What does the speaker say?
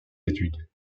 études